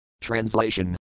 Translation